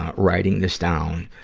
writing this down,